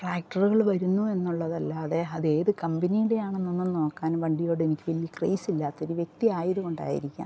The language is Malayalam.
ട്രാക്റ്റുകളിൽ വരുന്നു എന്നുളളതല്ലാതെ അത് ഏതു കമ്പനിയുടേതാണ് എന്നൊന്നും നോക്കാനും വണ്ടിയോടെനിക്ക് ക്രേസില്ലാത്ത ഒരു വ്യക്തിയായത് കൊണ്ടായിരിക്കാം